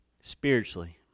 spiritually